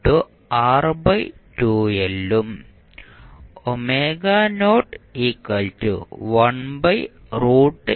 αR2L ഉം ഉം പ്രതിനിധീകരിക്കട്ടെ